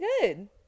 good